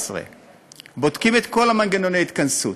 בודקים את כל מנגנוני ההתכנסות.